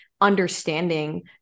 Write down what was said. understanding